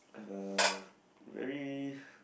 I have a very